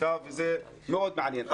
כן כן, אבל